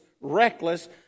reckless